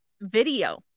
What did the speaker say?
Video